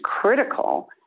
critical